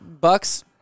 bucks